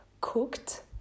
cooked